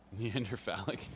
Neanderthalic